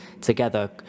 together